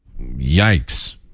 yikes